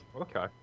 Okay